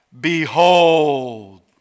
Behold